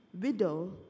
widow